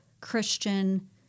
Christian